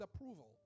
approval